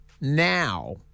now